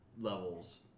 levels